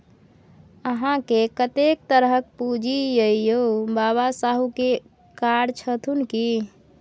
अहाँकेँ कतेक तरहक पूंजी यै यौ? बाबा शाहुकार छथुन की?